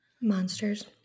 monsters